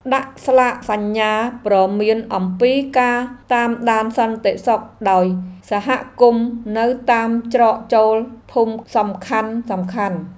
ដាក់ស្លាកសញ្ញាព្រមានអំពីការតាមដានសន្តិសុខដោយសហគមន៍នៅតាមច្រកចូលភូមិសំខាន់ៗ។